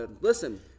listen